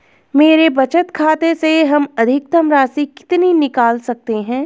मेरे बचत खाते से हम अधिकतम राशि कितनी निकाल सकते हैं?